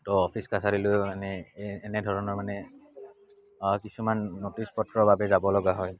তো অফিচ কাছাৰীলৈ মানে এনেধৰণৰ মানে কিছুমান নটিছ পঠোৱাৰ বাবে যাবলগা হয়